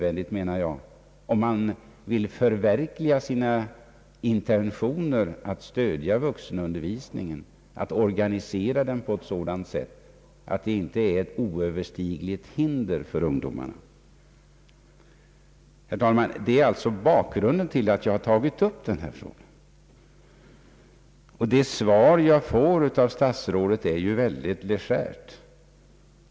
Om man vill förverkliga sina intentioner att stödja vuxenundervisningen, är det enligt min uppfattning nödvändigt att organisera den på ett sådant sätt att det inte uppstår ett oöverstigligt hinder för ungdomarna. Herr talman! Detta är bakgrunden till att jag har tagit upp denna fråga. Det svar jag fått av statsrådet är synnerligen legärt.